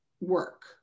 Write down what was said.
work